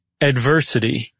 Adversity